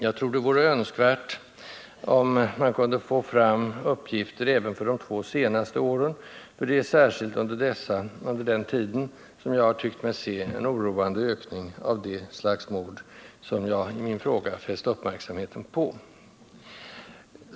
Jag tror att det vore bra om man kunde få fram uppgifter även för de två senaste åren. Det är särskilt under denna tid som jag har tyckt mig se en oroande ökning av det slags mord som jag i min fråga fäste uppmärksamheten på.